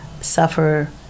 suffer